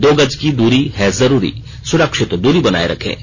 दो गज की दूरी है जरूरी सुरक्षित दूरी बनाए रखें